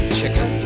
chicken